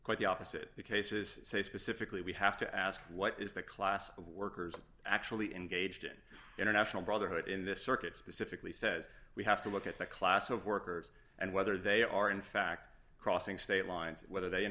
quite the opposite the cases say specifically we have to ask what is the class of workers actually engaged in international brotherhood in this circuit specifically says we have to look at the class of workers and whether they are in fact crossing state lines whether they in